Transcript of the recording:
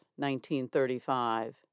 1935